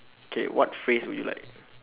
K what phrase would you like